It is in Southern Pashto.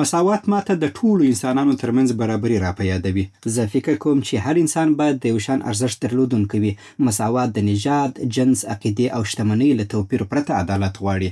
مساوات ماته د ټولو انسانانو ترمنځ برابري راپه یادوي. زه فکر کوم چې هر انسان باید د یو شان ارزښت درلودونکی وي. مساوات د نژاد، جنس، عقیدې او شتمنۍ له توپیر پرته عدالت غواړي.